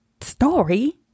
story